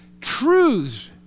truths